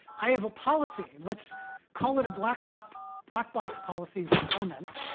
i have a policy. let's call it a black box black box policy for the moment.